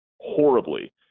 horribly